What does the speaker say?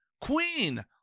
Queen